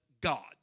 God